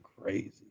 crazy